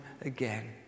again